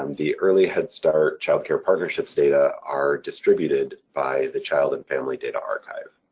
um the early head start-child care partnerships data are distributed by the child and family data archive.